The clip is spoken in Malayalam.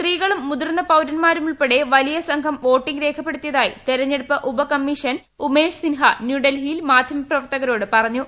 സ്ത്രീകളും മുതിർന്ന പൌരന്മാരുമുൾപ്പെടെ വലിയ സംഘം വോട്ടിങ് രേഖപ്പെടുത്തിയതായി തെരഞ്ഞെടുപ്പ് ഉപ കമ്മീഷണർ ഉമേഷ് സിൻഹ ന്യൂഡൽഹിയിൽ മാധ്യമപ്രവർത്തകരോട് പറഞ്ഞു